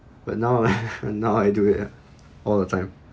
but now now I do it ah all the time